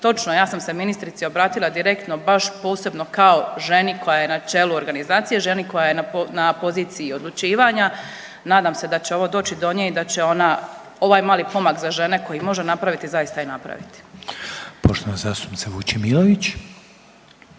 točno je ja sam se ministrici obratila direktno baš posebno kao ženi koja je na čelu organizacije, ženi koja je na poziciji odlučivanja, nadam se da će ovo doći do nje i da će ona ovaj mali pomak za žene koji može napraviti zaista i napraviti. **Reiner, Željko